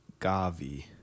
Gavi